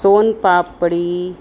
sonpapdi